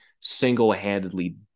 single-handedly